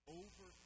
over